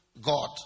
God